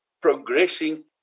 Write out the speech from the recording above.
progressing